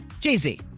Jay-Z